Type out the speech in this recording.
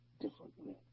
differently